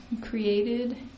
created